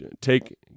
Take